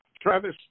Travis